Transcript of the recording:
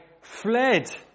fled